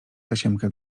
tasiemkę